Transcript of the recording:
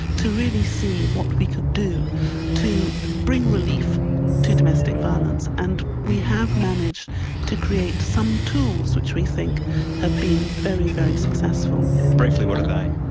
to really see what we could do to bring relief to domestic violence. and we have managed to create some tools which we think have been very, very successful. briefly, what are they?